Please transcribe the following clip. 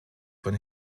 von